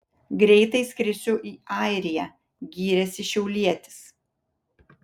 greitai skrisiu į airiją gyrėsi šiaulietis